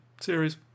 series